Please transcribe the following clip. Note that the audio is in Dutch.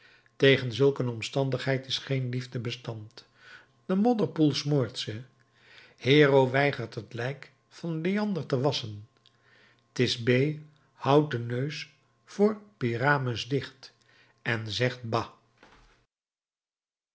tegen zulk een omstandigheid is geen liefde bestand de modderpoel smoort ze hero weigert het lijk van leander te wasschen thisbé houdt den neus voor pyramus dicht en zegt ba